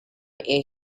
and